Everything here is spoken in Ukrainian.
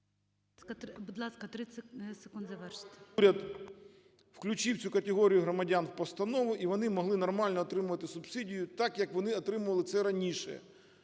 Будь ласка, 30 секунд завершити. МЕДУНИЦЯ О.В. …включив цю категорію громадян в постанову, і вони могли нормально отримувати субсидію, так, як вони отримували це раніше,